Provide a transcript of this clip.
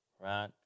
right